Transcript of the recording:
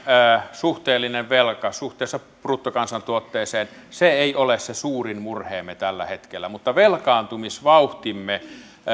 suhteellinen velka suhteessa bruttokansantuotteeseen se ei ole se suurin murheemme tällä hetkellä mutta velkaantumisvauhtimme